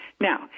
Now